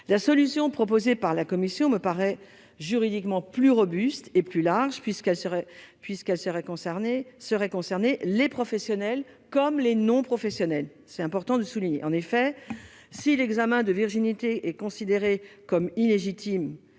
La solution proposée par la commission est juridiquement plus robuste et plus large puisque seraient concernés les professionnels comme les non-professionnels. En effet, si l'examen de virginité est considéré comme illégitime-